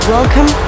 Welcome